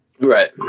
Right